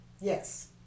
Yes